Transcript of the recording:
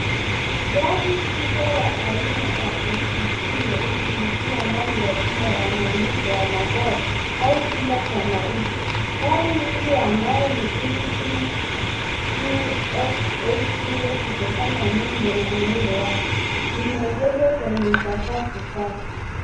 Gari kubwa la aina ya SUV nyeusi likiwa ndani ya jumba la maonyesho ya magari au chumba cha mauzo. Gari hili ambalo ni Infinit QX80 kutokana na nembo na muundo wake limeegeshwa kwenye sakafu safi.